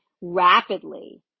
rapidly